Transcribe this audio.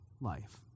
life